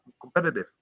competitive